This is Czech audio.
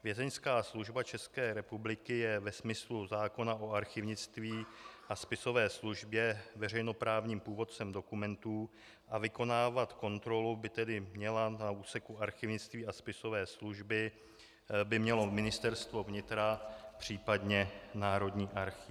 Vězeňská služba České republiky je ve smyslu zákona o archivnictví a spisové službě veřejnoprávním původcem dokumentů a vykonávat kontrolu by tedy mělo na úseku archivnictví a spisové služby Ministerstvo vnitra, případně národní archiv.